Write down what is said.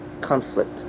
conflict